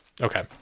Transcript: Okay